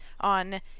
On